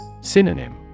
Synonym